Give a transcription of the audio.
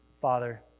Father